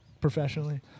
professionally